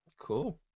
Cool